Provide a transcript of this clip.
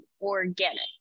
organic